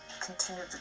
continue